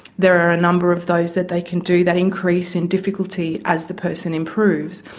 there are a number of those that they can do that increase in difficulty as the person improves.